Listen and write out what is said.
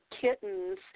kittens